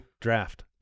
draft